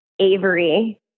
Avery